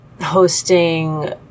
hosting